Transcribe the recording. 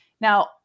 Now